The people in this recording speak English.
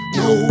no